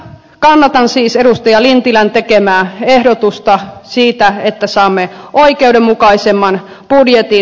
kannatan siis edustaja lintilän tekemää ehdotusta siitä että saamme oikeudenmukaisemman budjetin